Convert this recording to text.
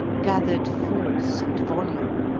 gathered force and volume,